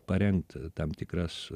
parengt tam tikras